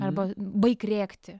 arba baik rėkti